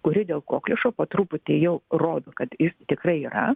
kuri dėl kokliušo po truputį jau rodo kad jis tikrai yra